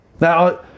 Now